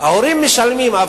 ההורים משלמים.